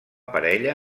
parella